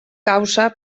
causa